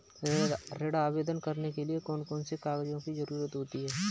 ऋण आवेदन करने के लिए कौन कौन से कागजों की जरूरत होती है?